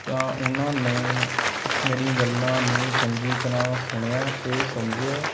ਤਾਂ ਉਨ੍ਹਾਂ ਨੇ ਮੇਰੀ ਗੱਲਾਂ ਨੂੰ ਚੰਗੀ ਤਰ੍ਹਾਂ ਸੁਣਿਆ ਅਤੇ ਸਮਝਿਆ